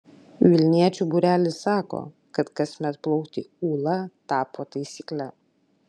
vilniečių būrelis sako kad kasmet plaukti ūla tapo taisykle